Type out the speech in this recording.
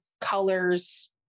colors